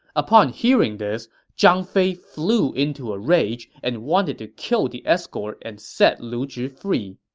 upon hearing this, zhang fei flew into a rage and wanted to kill the escort and set lu zhi free.